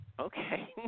Okay